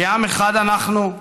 כי עם אחד אנחנו,